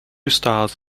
styles